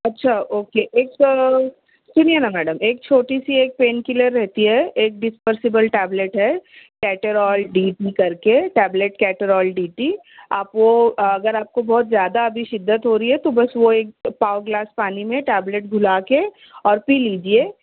اچھا اوکے ایک سُنیے نا میڈم ایک چھوٹی سی ایک پین کیلر رہتی ہے ایک ڈسپرسبل ٹیبلٹ ہے کیٹرآل ڈی ٹی کر کے ٹیبلیٹ کیٹرآل ڈی ٹی آپ وہ اگر آپ کو بہت زیادہ ابھی شدت ہو رہی ہے تو بس وہ ایک پاؤ گلاس پانی میں ٹیبلٹ گھلا کے اور پی لیجئے